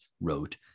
wrote